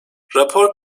rapor